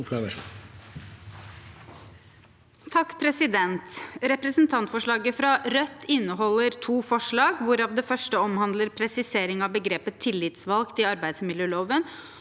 (ordfører for saken): Re- presentantforslaget fra Rødt inneholder to forslag, hvorav det første omhandler presisering av begrepet «tillitsvalgt» i arbeidsmiljøloven,